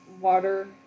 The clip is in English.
water